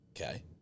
okay